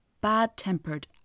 bad-tempered